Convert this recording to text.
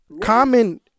Common